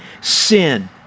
sin